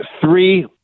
three